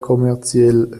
kommerziell